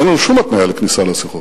אין לנו שום התניה לכניסה לשיחות.